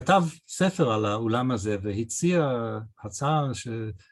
כתב ספר על האולם הזה והציע הצער ש...